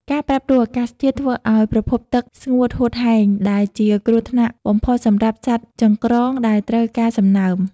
ការប្រែប្រួលអាកាសធាតុធ្វើឱ្យប្រភពទឹកស្ងួតហួតហែង ដែលជាគ្រោះថ្នាក់បំផុតសម្រាប់សត្វចង្រ្កងដែលត្រូវការសំណើម។